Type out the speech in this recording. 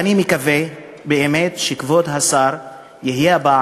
ואני מקווה באמת שכבוד השר יהיה הפעם,